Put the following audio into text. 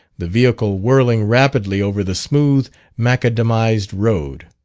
the vehicle whirling rapidly over the smooth macadamised road,